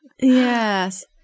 yes